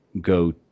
go